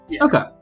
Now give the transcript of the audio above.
Okay